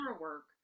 work